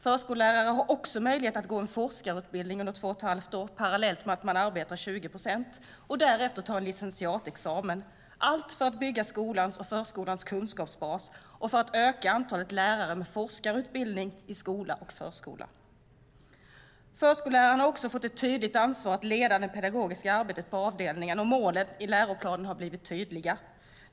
Förskollärare har också möjlighet att gå en forskarutbildning under två och ett halvt år, parallellt med att man arbetar 20 procent, och därefter ta licentiatexamen - allt för att bygga skolans och förskolans kunskapsbas och för att öka antalet lärare med forskarutbildning i skola och förskola. Förskollärarna har också fått ett tydligt ansvar att leda det pedagogiska arbetet på avdelningarna, och målen i läroplanen har blivit tydliga.